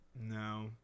no